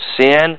Sin